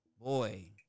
Boy